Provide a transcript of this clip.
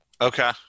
Okay